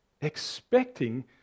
expecting